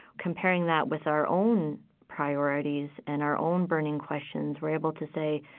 comparing that with our own priorities and our own burning questions, we're able to say,